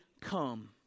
Come